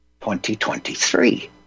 2023